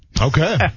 okay